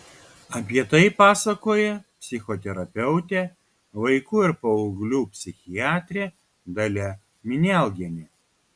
apie tai pasakoja psichoterapeutė vaikų ir paauglių psichiatrė dalia minialgienė